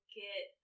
get